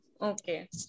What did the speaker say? okay